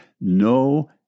no